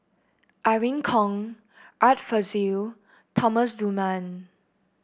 Irene Khong Art Fazil Thomas Dunman